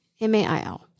M-A-I-L